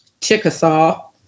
Chickasaw